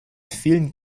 vielen